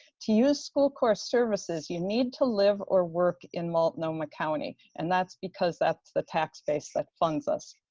to use school corps services, you need to live or work in multnomah county and that's because that's the tax base that funds us.